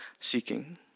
seeking